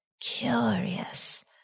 Curious